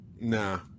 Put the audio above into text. nah